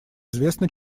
известно